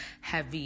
heavy